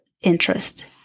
interest